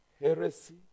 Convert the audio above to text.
heresy